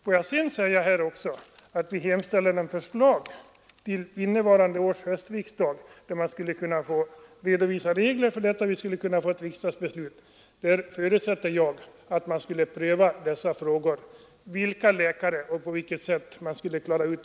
Låt mig sedan säga att vi hemställer om förslag till innevarande års höstriksdag till regler i detta avseende för att då kunna få ett riksdagsbeslut 'om vilka läkare det skulle gälla etc.